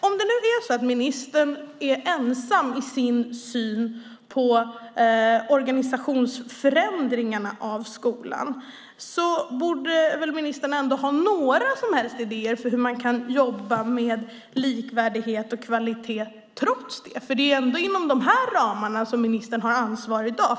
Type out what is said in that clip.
Om det nu är så att ministern är ensam i sin syn på organisationsförändringarna av skolan borde väl ministern ha några som helst idéer om hur man kan jobba med likvärdighet och kvalitet. Det är ändå inom de här ramarna som ministern har ansvaret i dag.